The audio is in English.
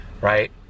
right